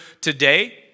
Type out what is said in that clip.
today